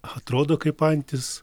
atrodo kaip antis